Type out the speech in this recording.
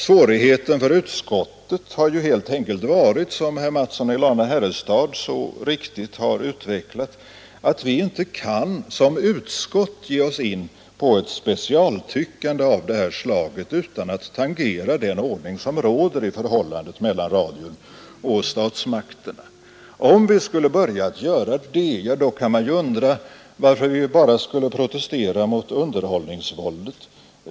Svårigheten för utskottet har helt enkelt varit, som herr Mattsson i Lane-Herrestad så riktigt utvecklat, att vi inte som utskott kan ge oss in på ett specialtyckande av detta slag utan att tangera den ordning som råder i förhållandet mellan radion och statsmakterna. Om vi skulle börja göra det, kan man undra varför vi bara skulle protestera mot underhållningsvåldet.